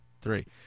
three